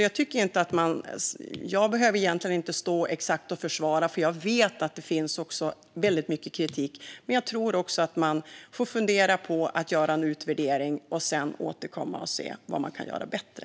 Jag behöver egentligen inte stå och försvara kemikalieskatten, för jag vet att det finns mycket kritik. Man får nog göra en utvärdering och sedan återkomma med vad man kan göra bättre.